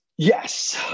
Yes